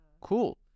cool